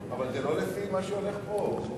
אבל זה לא לפי מה שהולך פה.